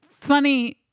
Funny